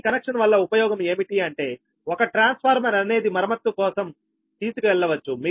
ఈ కనెక్షన్ వల్ల ఉపయోగం ఏమిటి అంటే ఒక ట్రాన్స్ఫార్మర్ అనేది మరమ్మత్తు కోసం తీసుకెళ్లవచ్చు